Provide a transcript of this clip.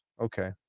Okay